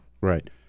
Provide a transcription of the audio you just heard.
Right